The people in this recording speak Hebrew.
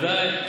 ודאי.